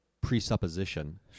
presupposition